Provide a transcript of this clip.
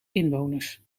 inwoners